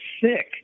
sick